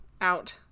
out